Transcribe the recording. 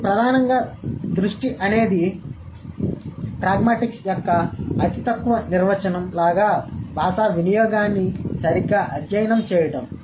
కానీ ప్రధానంగా దృష్టి అనేది ప్రాగ్మాటిక్స్ యొక్క అతి తక్కువ నిర్వచనం లాగా భాషా వినియోగాన్ని సరిగ్గా అధ్యయనం చేయడం